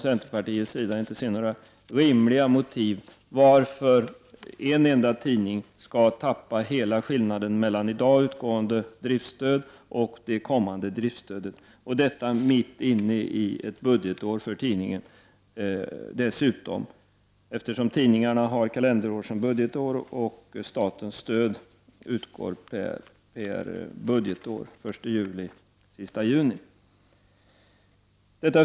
Centern kan inte finna något rimligt motiv till att en enda tidning skall tappa hela skillnaden mellan i dag utgående driftsstöd och det kommande driftsstödet. Dessutom kommer förändringen mitt i tidningens budgetår. Tidningarna har ju kalenderår som budgetår medan statens stöd utgår per budgetår, dvs. från 1 juli till 30 juni året därpå.